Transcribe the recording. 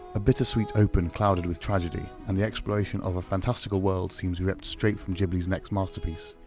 a bittersweet open clouded with tragedy and the exploration of a fantastical world seems ripped straight from ghibli's next masterpiece,